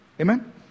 Amen